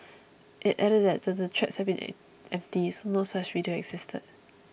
it added that the the threats had been empty as no such video existed